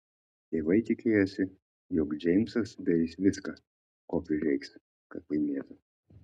tėvai tikėjosi jog džeimsas darys viską ko prireiks kad laimėtų